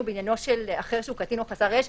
בעניינו של אחר שהוא קטין או חסר ישע.